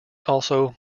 also